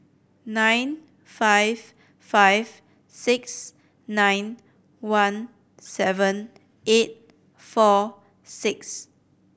nine five five six nine one seven eight four six